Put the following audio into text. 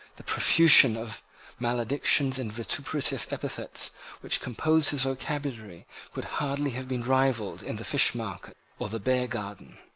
the profusion of maledictions and vituperative epithets which composed his vocabulary could hardly have been rivalled in the fishmarket or the beargarden.